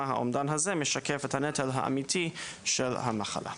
האומדן הזה משקף את הנטל האמיתי של המחלה.